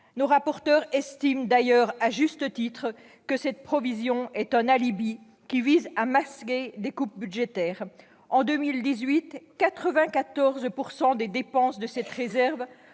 Nos rapporteurs estiment d'ailleurs à juste titre que cette provision est un alibi, qui vise à masquer des coupes budgétaires. En 2018, quelque 94 % des dépenses de la réserve